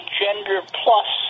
gender-plus